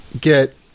get